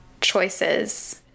choices